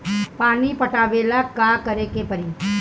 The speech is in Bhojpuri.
पानी पटावेला का करे के परी?